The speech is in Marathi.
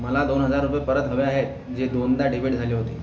मला दोन हजार रुपये परत हवे आहेत जे दोनदा डेबिट झाले होते